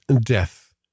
death